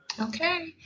Okay